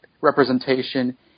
representation